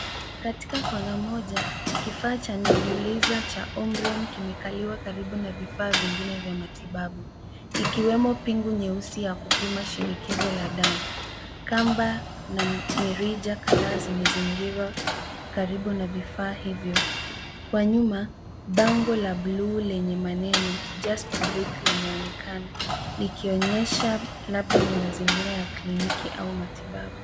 Katika kona moja, kifaa cha Nebulizer cha Omron kimekaliwa karibu na vifaa vingine vya matibabu ikiwemo pingu nyeusi ya kupima shinikizo la damu. Kamba na mirija kadhaa zimezingirwa karibu na vifaa hivyo. Kwa nyuma bango la blue lenye maneno Just Breathe limeonekana likionyesha labda ni mazingira ya kliniki au matibabu.